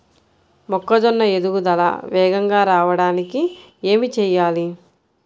మొక్కజోన్న ఎదుగుదల వేగంగా రావడానికి ఏమి చెయ్యాలి?